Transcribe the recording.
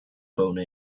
phone